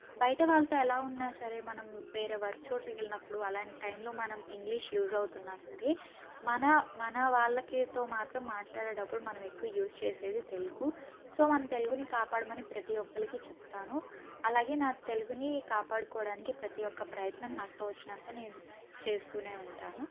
బయట వాళ్ళతో ఎలా ఉన్నా సరే మనం వేరే వారి చోటుకి వెళ్ళినప్పుడు అలాంటి టైంలో మనం ఇంగ్లీష్ యూస్ అవుతున్నా సరే మన మన వాళ్లతో మాత్రం మాట్లాడేటప్పుడు మనం ఎక్కువ యూస్ చేసేది తెలుగు సో మన తెలుగుని కాపాడుమని ప్రతి ఒక్కరికి చెప్తాను అలాగే నాకు తెలుగుని కాపాడుకోవడానికి ప్రతి ఒక్క ప్రయత్నం నాకు తోచినంత నేను చేస్తూనే ఉంటాను